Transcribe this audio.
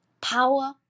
Power